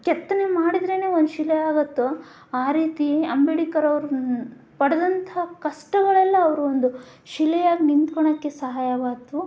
ಕೆತ್ತನೆ ಮಾಡಿದ್ರೇ ಒಂದು ಶಿಲೆ ಆಗುತ್ತೋ ಆ ರೀತಿ ಅಂಬೇಡ್ಕರ್ ಅವರು ಪಡೆದಂಥ ಕಷ್ಟಗಳೆಲ್ಲ ಅವರು ಒಂದು ಶಿಲೆಯಾಗಿ ನಿಂತ್ಕೋಳಕ್ಕೆ ಸಹಾಯವಾಯಿತು